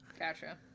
gotcha